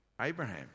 Abraham